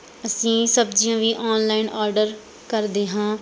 ਅਸੀਂ ਸਬਜ਼ੀਆਂ ਵੀ ਔਨਲਾਈਨ ਓਰਡਰ ਕਰਦੇ ਹਾਂ